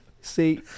see